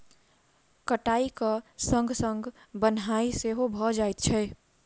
कटाइक संग संग बन्हाइ सेहो भ जाइत छै